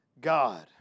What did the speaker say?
God